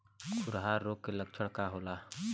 खुरहा रोग के लक्षण का होला?